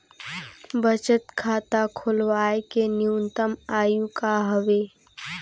बचत खाता खोलवाय के न्यूनतम आयु का हवे?